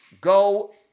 go